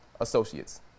Associates